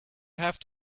have